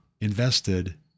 invested